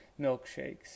milkshakes